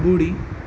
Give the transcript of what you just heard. बु॒ड़ी